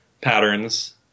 patterns